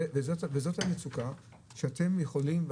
זאת מצוקה שאתם יכולים לפתור.